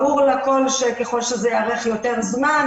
ברור לכל שככל שזה יארך יותר זמן,